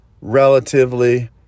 relatively